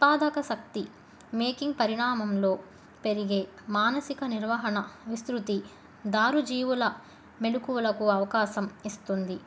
ఉత్పాదక శక్తి మేకింగ్ పరిణామములో పెరిగే మానసిక నిర్వహణ విస్తృతి దారుజీవుల మెలుకువులకు అవకాశం ఇస్తుంది